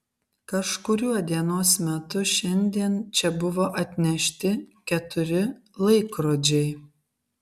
kažkuriuo dienos metu šiandien čia buvo atnešti keturi laikrodžiai